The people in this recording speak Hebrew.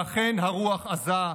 ואכן, הרוח עזה.